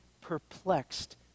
perplexed